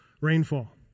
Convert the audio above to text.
rainfall